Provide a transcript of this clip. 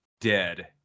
dead